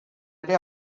ere